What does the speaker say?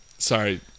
Sorry